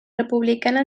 republicana